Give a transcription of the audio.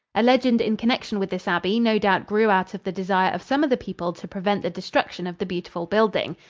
a legend in connection with this abbey no doubt grew out of the desire of some of the people to prevent the destruction of the beautiful building.